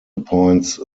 appoints